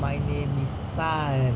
my name is sun